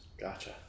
gotcha